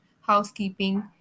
housekeeping